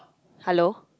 hello